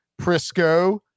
Prisco